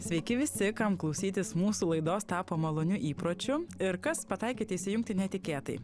sveiki visi kam klausytis mūsų laidos tapo maloniu įpročiu ir kas pataikėte įsijungti netikėtai